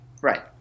Right